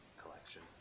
collection